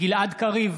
גלעד קריב,